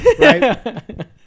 Right